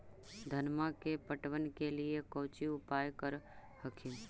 धनमा के पटबन के लिये कौची उपाय कर हखिन?